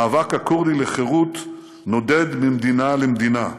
המאבק הכורדי לחירות נודד ממדינה למדינה.